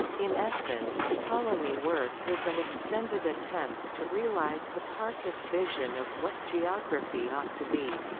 in essence, ptolemy's work is an extended attempt to realize hipparchus' vision of what geography ought to be.